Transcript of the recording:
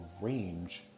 range